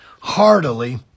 heartily